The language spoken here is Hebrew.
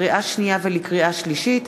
לקריאה שנייה ולקריאה שלישית,